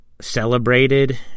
celebrated